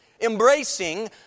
embracing